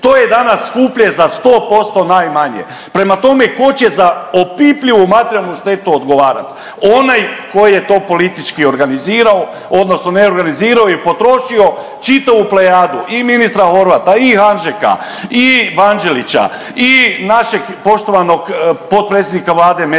To je danas skuplje za sto posto najmanje. Prema tome, tko će za opipljivu materijalnu štetu odgovarati? Onaj koji je to politički organizirao, odnosno ne organizirao i potrošio čitavu plejadu i ministra Horvata i Hanžeka i Vanđelića i našeg poštovanog potpredsjednika Vlade Medveda.